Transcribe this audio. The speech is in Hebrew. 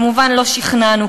כמובן לא שכנענו,